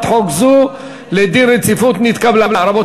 חוק לתיקון דיני הרשויות המקומיות (סיוע לרשות מקומית אחרת